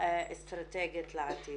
האסטרטגית לעתיד.